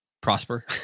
prosper